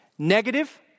Negative